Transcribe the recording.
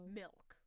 milk